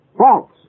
false